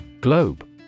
Globe